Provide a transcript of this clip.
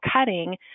cutting